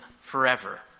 forever